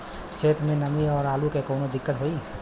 खेत मे नमी स आलू मे कऊनो दिक्कत होई?